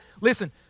Listen